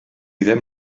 ddim